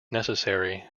necessary